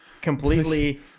completely